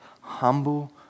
humble